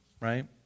right